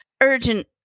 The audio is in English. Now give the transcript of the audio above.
urgent